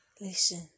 Listen